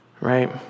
Right